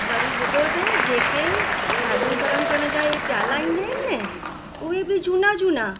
वरी ॿुधो त जेके भाॼियूं गरम करण जा ऐं प्याला ईंदा आहिनि न उहे बि झूना झूना